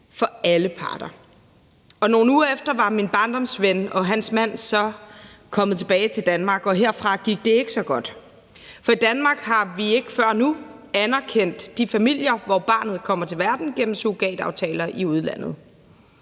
for alle parter. Nogle uger efter var min barndomsven og hans mand så kommet tilbage til Danmark, og herfra gik det ikke så godt. For i Danmark har vi ikke før nu anerkendt de familier, hvor barnet kommer til verden gennem surrogataftaler i udlandet.